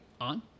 on